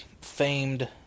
famed